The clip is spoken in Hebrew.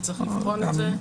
צריך לבחון את זה.